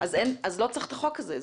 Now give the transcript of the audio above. אז לא צריך את החוק הזה.